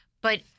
But-